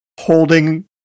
holding